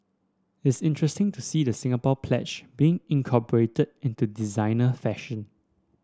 it's interesting to see the Singapore Pledge being incorporated into designer fashion